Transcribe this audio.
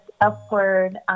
upward